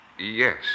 Yes